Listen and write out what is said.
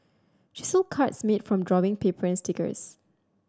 she sold cards made from drawing paper and stickers